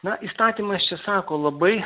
na įstatymas čia sako labai